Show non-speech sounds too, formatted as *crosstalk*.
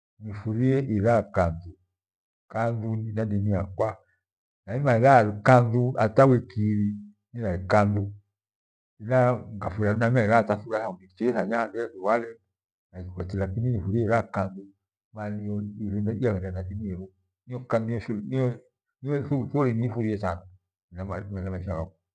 Nifurie ivaa karithu. Kathu hena dini yakwa nairima iraa kanthu hata wiki ibhi nirae kanthu. Mira njafura nairima iraa thuruali, ithanya nichie niree thuruale lakini nifurie iraa kantu, Luvaha niyo iyaghende no dini yera. Niyo Niyo niifurie sana maisha ghakwa *unintelligible*